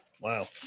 Wow